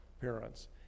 parents